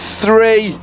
three